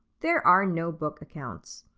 there are no book accounts.